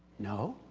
no.